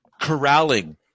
corralling